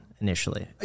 initially